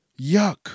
Yuck